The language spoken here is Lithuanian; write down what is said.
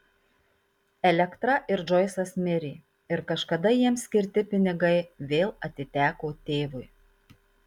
elektra ir džoisas mirė ir kažkada jiems skirti pinigai vėl atiteko tėvui